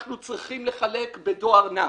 אנחנו צריכים לחלק בדואר נע,